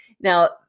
Now